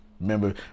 Remember